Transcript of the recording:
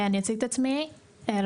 אני אציג את עצמי לפרוטוקול,